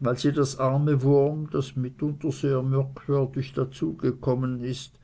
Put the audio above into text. weil sie das arme wurm das mitunter sehr merkwürdig dazu gekommen ist